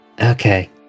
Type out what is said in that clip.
Okay